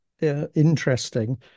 interesting